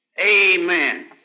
Amen